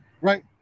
right